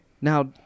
Now